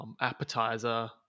appetizer